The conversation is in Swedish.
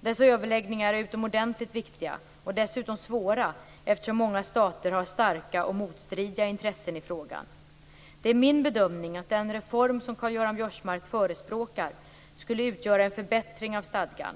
Dessa överläggningar är utomordentligt viktiga, och dessutom svåra, eftersom många stater har starka och motstridiga intressen i frågan. Det är min bedömning att den reform som Karl Göran Biörsmark förespråkar skulle innebära en förbättring av stadgan.